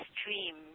stream